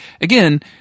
again